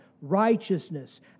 righteousness